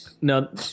No